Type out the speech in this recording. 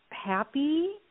happy